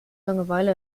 langeweile